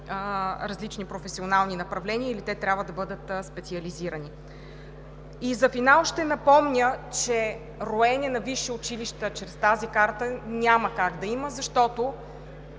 професионални направления, или те трябва да бъдат специализирани? За финал ще напомня, че роене на висши училища, чрез тази карта, няма как да има, защото